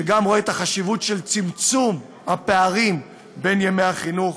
שגם רואה את החשיבות של צמצום הפערים לגבי ימי החינוך.